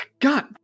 God